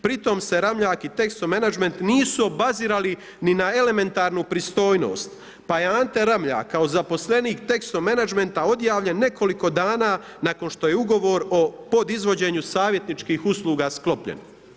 Pritom se Ramljak i Texo management nisu obazirali ni na elementarnu pristojnost, pa je Ante Ramljak kao zaposlenik Texo managementa odjavljen nekoliko dana nakon što je ugovor o podizvođenju savjetničkih usluga sklopljen.